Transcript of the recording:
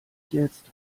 jetzt